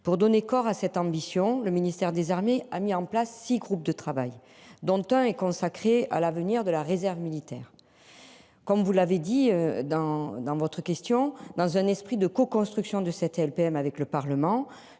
pour donner corps à cette ambition. Le ministère des Armées a mis en place 6 groupes de travail, dont un est consacré à l'avenir de la réserve militaire. Comme vous l'avez dit dans dans votre question dans un esprit de coconstruction de cette LPM avec le Parlement.